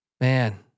Man